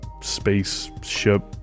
spaceship